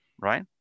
right